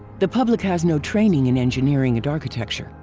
the public has no training in engineering and architecture,